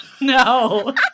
No